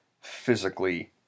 physically